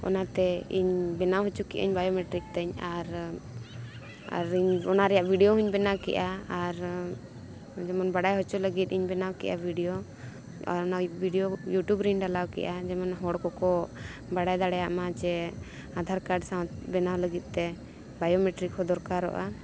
ᱚᱱᱟᱛᱮ ᱤᱧ ᱵᱮᱱᱟᱣ ᱦᱚᱪᱚ ᱠᱮᱫᱟᱹᱧ ᱵᱟᱭᱳᱢᱮᱴᱨᱤᱠ ᱛᱤᱧ ᱟᱨ ᱟᱨ ᱤᱧ ᱚᱱᱟ ᱨᱮᱭᱟᱜ ᱵᱷᱤᱰᱭᱳ ᱦᱚᱧ ᱵᱮᱱᱟᱣ ᱠᱮᱫᱼᱟ ᱟᱨ ᱡᱮᱢᱚᱱ ᱵᱟᱲᱟᱭ ᱦᱚᱪᱚ ᱞᱟᱹᱜᱤᱫ ᱤᱧ ᱵᱮᱱᱟᱣ ᱠᱮᱫᱼᱟ ᱵᱷᱤᱰᱭᱳ ᱟᱨ ᱚᱱᱟ ᱵᱷᱤᱰᱭᱳ ᱤᱭᱩᱴᱩᱵᱽ ᱨᱮᱧ ᱰᱟᱞᱟᱣ ᱠᱮᱫᱼᱟ ᱡᱮᱢᱚᱱ ᱦᱚᱲ ᱠᱚᱠᱚ ᱵᱟᱲᱟᱭ ᱫᱟᱲᱮᱭᱟᱜ ᱢᱟ ᱡᱮ ᱟᱫᱷᱟᱨ ᱠᱟᱨᱰ ᱥᱟᱶ ᱵᱮᱱᱟᱣ ᱞᱟᱹᱜᱤᱫ ᱛᱮ ᱵᱟᱭᱳᱢᱮᱴᱨᱤᱠ ᱦᱚᱸ ᱫᱚᱨᱠᱟᱨᱚᱜᱼᱟ